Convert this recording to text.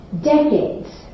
Decades